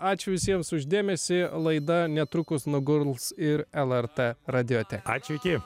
ačiū visiems už dėmesį laida netrukus nuguls ir lrt radiote ačiū iki